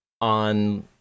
on